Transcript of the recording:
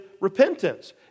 repentance